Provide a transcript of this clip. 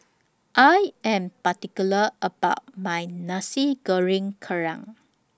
I Am particular about My Nasi Goreng Kerang